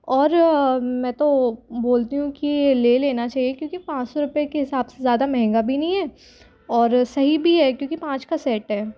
और मैं तो बोलती हूँ कि ले लेना चाहिए क्योंकि पाँच सौ रुपए के हिसाब से ज़्यादा महँगा भी नहीं है और सही भी है क्योंकि पाँच का सेट है